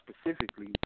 specifically